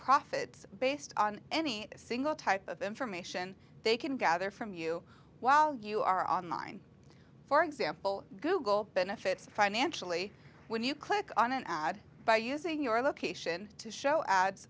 profits based on any single type of information they can gather from you while you are online for example google benefits financially when you click on an ad by using your location to show ads